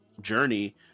journey